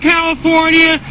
California